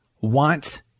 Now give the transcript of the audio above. want